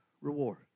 reward